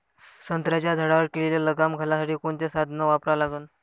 संत्र्याच्या झाडावर किडीले लगाम घालासाठी कोनचे साधनं वापरा लागन?